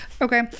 Okay